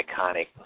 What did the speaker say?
iconic